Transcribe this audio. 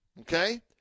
okay